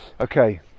Okay